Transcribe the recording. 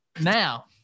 Now